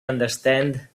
understand